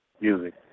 music